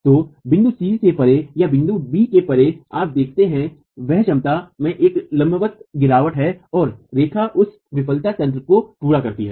तो बिंदु c से परे या बिंदु b से परे जो आप देखते हैं वह क्षमता में एक लंबवत गिरावट है और रेखा उस विफलता तंत्र को पूरा करती है